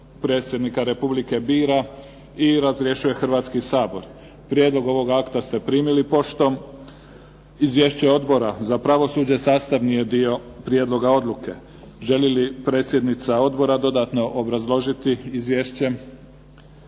Predsjednika Republike bira i razrješuje Hrvatski sabor. Prijedlog ovog akta ste primili poštom. Izvješće Odbora za pravosuđe sastavni je dio prijedloga odluke. Želi li predsjednica odbora dodatno obrazložiti izvješće?